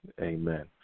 amen